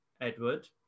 Edward